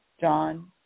John